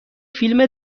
فیلم